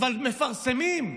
אבל מפרסמים: